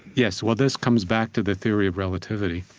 yes. well, this comes back to the theory of relativity.